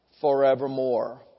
forevermore